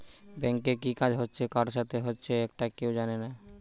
ব্যাংকে কি কাজ হচ্ছে কার সাথে হচ্চে একটা কেউ জানে না